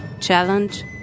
challenge